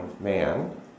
man